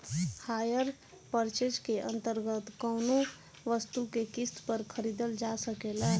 hire purchase के अंतर्गत कौनो वस्तु के किस्त पर खरीदल जा सकेला